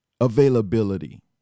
Availability